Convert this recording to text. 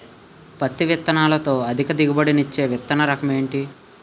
పత్తి విత్తనాలతో అధిక దిగుబడి నిచ్చే విత్తన రకం ఏంటి?